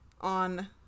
on